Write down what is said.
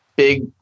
Big